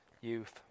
youth